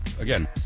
again